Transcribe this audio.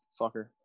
Fucker